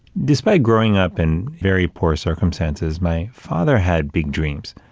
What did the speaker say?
despite growing up in very poor circumstances, my father had big dreams.